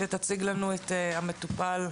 תציג לנו את איציק.